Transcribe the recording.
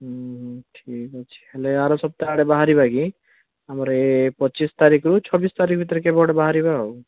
ହୁଁ ଠିକ୍ ଅଛି ହେଲେ ଆର ସପ୍ତାହଆଡ଼େ ବାହାରିବା କି ଆମର ଏ ପଚିଶ ତାରିଖରୁ ଛବିଶ ତାରିଖ ଭିତରେ କେବେ ଗୋଟେ ବାହାରିବା ଆଉ